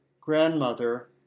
grandmother